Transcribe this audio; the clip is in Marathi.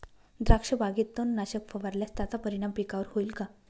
द्राक्षबागेत तणनाशक फवारल्यास त्याचा परिणाम पिकावर होईल का?